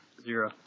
Zero